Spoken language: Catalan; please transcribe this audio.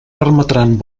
permetran